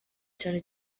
cyane